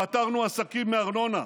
פטרנו עסקים מארנונה,